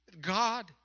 God